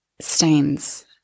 stains